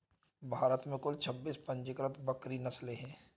भारत में कुल छब्बीस पंजीकृत बकरी नस्लें हैं